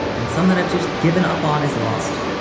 and some that i've just given up on is lost.